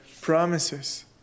promises